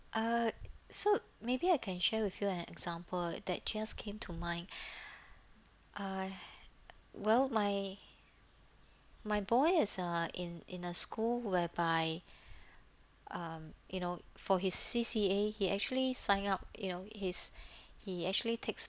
uh so maybe I can share with you an example that just came to mind uh well my my boy is uh in in a school whereby um you know for his C_C_A he actually sign up you know his he actually takes